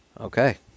okay